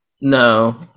No